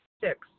Six